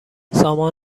سامان